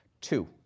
Two